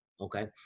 Okay